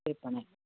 ते पण आहे